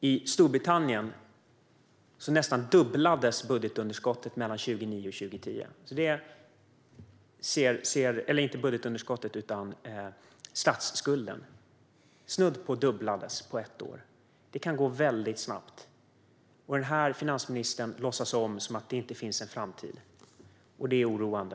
I Storbritannien fördubblades nästan statsskulden mellan 2009 och 2010, alltså på ett år. Det kan gå väldigt snabbt. Och den här finansministern låtsas som att det inte finns en framtid, och det är oroande.